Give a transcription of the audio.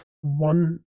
one